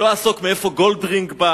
לא אעסוק מאיפה גולדרינג בא,